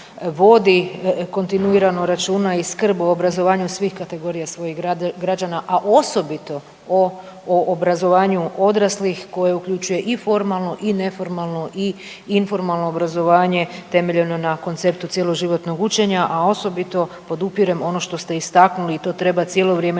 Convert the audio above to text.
kontinuirano računa i skrb o obrazovanju svih kategorija svojih građana, a osobito o obrazovanju odraslih koje uključuje i formalno, i neformalno, i informalno obrazovanje temeljeno na konceptu cjeloživotnog učenja. A osobito podupirem ono što ste istaknuli i to treba cijelo vrijeme